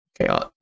Okay